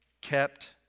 Kept